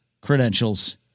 credentials